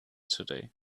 today